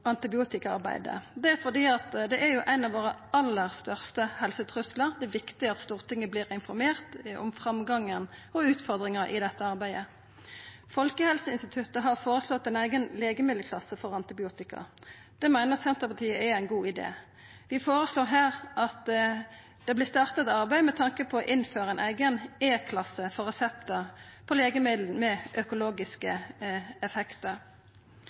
antibiotikaarbeidet, fordi dette er ein av våre aller største helsetruslar. Det er viktig at Stortinget vert informert om framgangen og om utfordringar i dette arbeidet. Folkehelseinstituttet har føreslått ein eigen legemiddelklasse for antibiotika, og det meiner Senterpartiet er ein god idé. Vi føreslår her at det vert starta eit arbeid med tanke på å innføra ein eigen e-klasse for reseptar på legemiddel med økologiske